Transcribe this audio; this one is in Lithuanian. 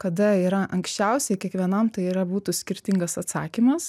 kada yra anksčiausiai kiekvienam tai yra būtų skirtingas atsakymas